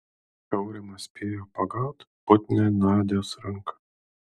aurimas spėjo pagaut putnią nadios ranką